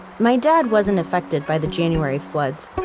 my dad wasn't affected by the january floods,